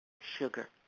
sugar